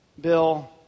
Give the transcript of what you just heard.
Bill